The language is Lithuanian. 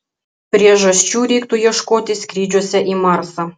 priežasčių reiktų ieškoti skrydžiuose į marsą